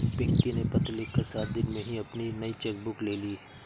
पिंकी ने पत्र लिखकर सात दिन में ही अपनी नयी चेक बुक ले ली